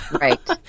right